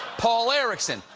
paul erickson.